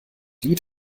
lied